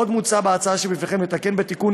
עוד מוצע בהצעה שבפניכם לתקן בתיקון